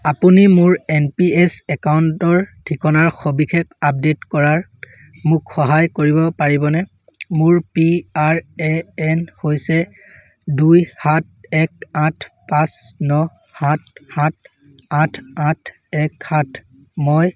আপুনি মোৰ N P S একাউণ্টৰ ঠিকনাৰ সবিশেষ আপডেট কৰাত মোক সহায় কৰিব পাৰিবনে মোৰ পি আৰ এ এন হৈছে দুই সাত এক আঠ পাঁচ ন সাত সাত আঠ আঠ এক সাত মই